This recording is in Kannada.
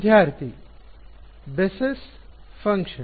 ವಿದ್ಯಾರ್ಥಿ ಬೆಸಸ್ ಫಂಕ್ಷನ್